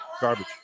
garbage